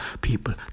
people